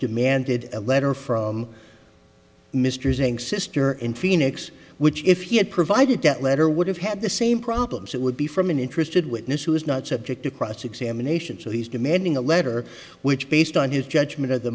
demanded a letter from mr singh sister in phoenix which if you had provided that letter would have had the same problems it would be from an interested witness who is not subject to cross examination so he's demanding a letter which based on his judgement of the